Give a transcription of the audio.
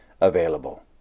available